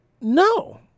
No